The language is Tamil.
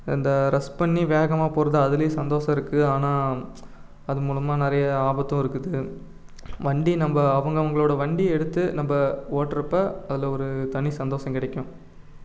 அந்த ரஷ் பண்ணி வேகமாக போகிறது அதுலேயும் சந்தோஷம் இருக்குது ஆனால் அது மூலமாக நிறைய ஆபத்தும் இருக்குது வண்டி நம்ம அவுங்கவங்களோட வண்டி எடுத்து நம்ம ஓட்டுகிறப்ப அதில் ஒரு தனி சந்தோஷம் கிடைக்கும்